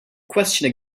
question